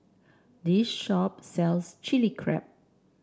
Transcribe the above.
this shop sells Chili Crab